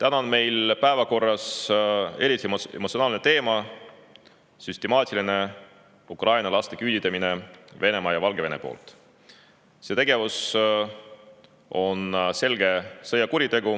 Täna on meil päevakorras eriti emotsionaalne teema: süstemaatiline ukraina laste küüditamine Venemaa ja Valgevene poolt. See tegevus on selge sõjakuritegu,